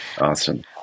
Awesome